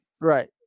Right